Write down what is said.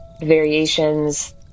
variations